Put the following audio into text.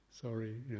sorry